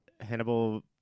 Hannibal